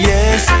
Yes